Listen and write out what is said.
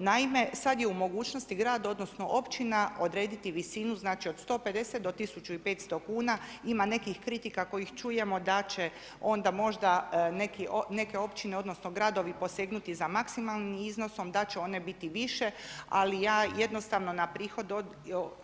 Naime, sad je u mogućnosti grad odnosno općina odrediti visinu, znači od 150 do 1500 kn, ima nekih kritika kojih čujemo da će onda možda neke općine odnosno gradovi posegnuti za maksimalnim iznosom, da će one biti više ali ja jednostavno na prihod od